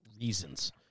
reasons